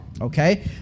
Okay